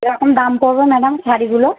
কীরকম দাম পড়বে ম্যাডাম শাড়িগুলো